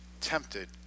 tempted